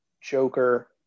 Joker